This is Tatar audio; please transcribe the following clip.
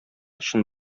чын